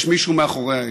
יש מישהו מאחורי ההגה.